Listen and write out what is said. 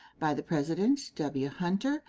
by the president w. hunter,